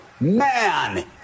man